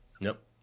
Nope